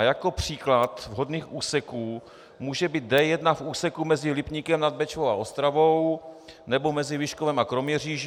Jako příklad vhodných úseků může být D1 v úseku mezi Lipníkem nad Bečvou a Ostravou nebo mezi Vyškovem a Kroměříží.